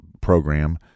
program